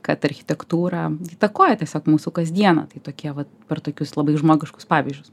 kad architektūra įtakoja tiesiog mūsų kasdieną tai tokie vat per tokius labai žmogiškus pavyzdžius